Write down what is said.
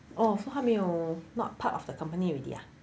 oh so 他没有 not part of the company already ah